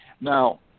Now